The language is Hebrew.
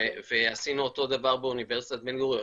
ועשינו אותו דבר באוניברסיטת בן גוריון.